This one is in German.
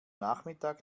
nachmittag